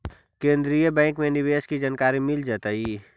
केन्द्रीय बैंक में निवेश की जानकारी मिल जतई